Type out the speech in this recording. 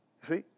See